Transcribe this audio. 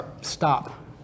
stop